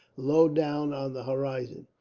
low down on the horizon.